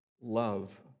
love